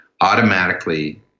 automatically